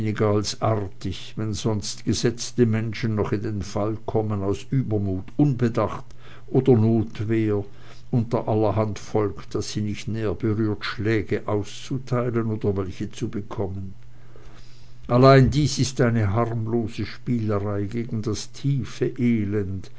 artig wenn sonst gesetzte menschen noch in den fall kommen aus übermut unbedacht oder notwehr unter allerhand volk das sie nicht näher berührt schläge auszuteilen oder welche zu bekommen allein dies ist eine harmlose spielerei gegen das tiefe elend